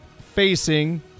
facing